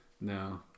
No